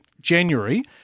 January